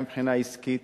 גם מבחינה עסקית,